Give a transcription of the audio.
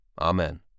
Amen